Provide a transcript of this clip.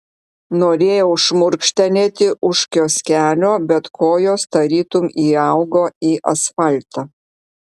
norėjau šmurkštelėti už kioskelio bet kojos tarytum įaugo į asfaltą